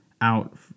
out